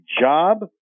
job